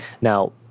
Now